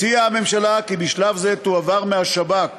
הציעה הממשלה כי בשלב זה תועבר מהשב"כ